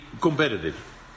competitive